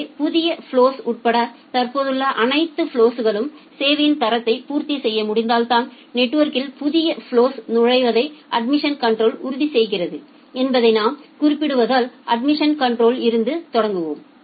எனவே புதிய ஃபலொஸ் உட்பட தற்போதுள்ள அனைத்து ஃபலொஸ்களின் சேவையின் தரத்தையும் பூர்த்தி செய்ய முடிந்தால்தான் நெட்வொர்க்கில் புதிய ஃபலொஸ் நுழைவதை அட்மிஷன் கன்ட்ரோல் உறுதிசெய்கிறது என்பதை நாம் குறிப்பிடுவதால் அட்மிஷன் கன்ட்ரோல் இருந்து தொடங்குவோம்